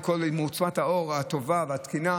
עם עוצמת האור הטובה והתקינה,